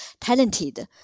talented